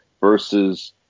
versus